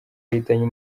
yahitanye